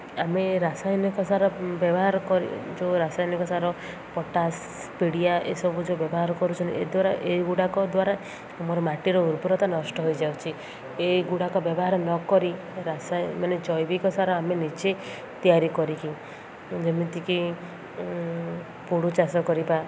ଆମେ ରାସାୟନିକ ସାରା ବ୍ୟବହାର କରି ଯେଉଁ ରାସାୟନିକ ସାର ପଟାସ୍ ପିଡ଼ିଆ ଏସବୁ ଯେଉଁ ବ୍ୟବହାର କରୁଛନ୍ତି ଏ ଦ୍ୱାରା ଏ ଗୁଡ଼ାକ ଦ୍ୱାରା ଆମର ମାଟିର ଉର୍ବରତା ନଷ୍ଟ ହେଇଯାଉଛି ଏ ଗୁଡ଼ାକ ବ୍ୟବହାର ନକରି ମାନେ ଜୈବିକ ସାର ଆମେ ନିଜେ ତିଆରି କରିକି ଯେମିତିକି ପୋଡ଼ୁ ଚାଷ କରିବା